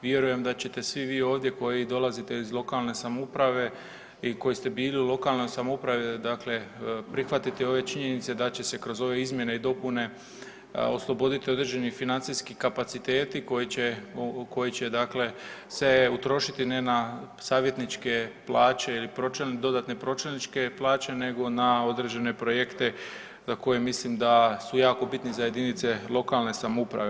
Vjerujem da ćete svi vi ovdje koji dolazite iz lokalne samouprave i koji ste bili u lokalnoj samoupravi, dakle prihvatiti ove činjenice da će se kroz ove izmjene i dopune osloboditi određeni financijski kapaciteti koji će, koji će dakle se utrošiti ne na savjetničke plaće ili dodatne pročelničke plaće nego na određene projekte za koje mislim da su jako bitne za JLS-ove.